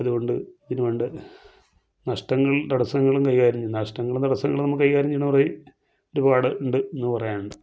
അതുകൊണ്ട് അതിന് വേണ്ട നഷ്ടങ്ങൾ തടസ്സങ്ങളും കൈകാര്യം ചെയ്യണം നഷ്ടങ്ങളും തടസ്സങ്ങളും നമ്മൾ കൈകാര്യം ചെയ്യണമെന്ന് പറയ് ഒരുപാട് ഉണ്ട് എന്ന് പറയാനുണ്ട്